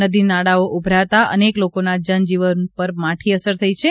નદી નાળાઓ ઉભરાતા અનેક લોકોના જનજીવન પર માઠી અસર થઈ છે